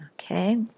Okay